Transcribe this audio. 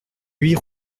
huit